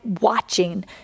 watching